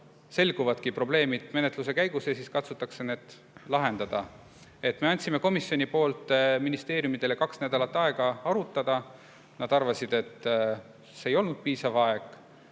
selguvadki menetluse käigus ja siis katsutakse neid lahendada. Me andsime komisjonis ministeeriumidele kaks nädalat aega arutada. Nad arvasid, et see ei olnud piisav.